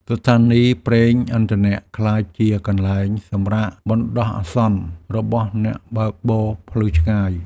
ស្ថានីយប្រេងឥន្ធនៈក្លាយជាកន្លែងសម្រាកបណ្ដោះអាសន្នរបស់អ្នកបើកបរផ្លូវឆ្ងាយ។